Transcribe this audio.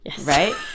right